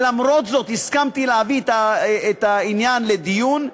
ולמרות זאת הסכמתי להביא את העניין לדיון,